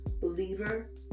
believer